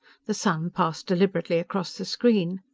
the sun passed deliberately across the screen.